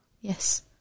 Yes